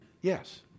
Yes